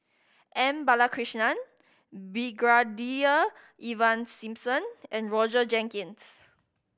M Balakrishnan Brigadier Ivan Simson and Roger Jenkins